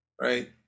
right